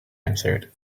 answered